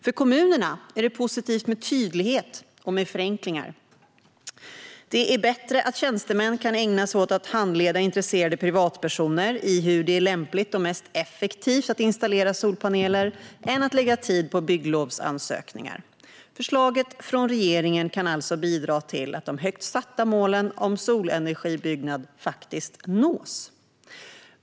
För kommunerna är det positivt med tydlighet och förenklingar. Det är bättre att tjänstemän kan ägna sig åt att handleda intresserade privatpersoner i hur man lämpligast och på effektivast möjliga sätt installerar solpaneler än att de måste lägga tid på bygglovsansökningar. Förslaget från regeringen kan alltså bidra till att de högt satta målen om solenergiutbyggnad faktiskt nås.